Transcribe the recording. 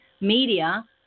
media